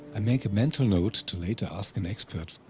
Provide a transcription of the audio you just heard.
i make a mental note to later ask an expert.